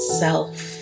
self